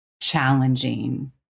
challenging